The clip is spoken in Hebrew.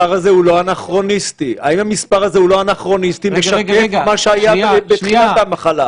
הבקשה שלי היא לא מהחולה הראשון ביום הראשון,